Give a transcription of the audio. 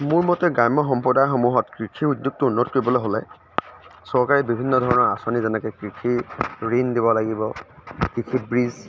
মোৰ মতে গ্ৰাম্য় সম্প্ৰদায়সমূহত কৃষি উদ্য়েগটো উন্নত কৰিবলৈ হ'লে চৰকাৰী বিভিন্ন ধৰণৰ আঁচনি যেনেকৈ কৃষি ঋণ দিব লাগিব কৃষি বীজ